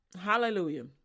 Hallelujah